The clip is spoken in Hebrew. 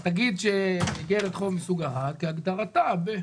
תגיד שאיגרת חוב מסוג ערד כהגדרתה ב..